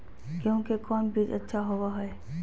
गेंहू के कौन बीज अच्छा होबो हाय?